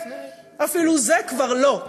אפילו זה כבר לא.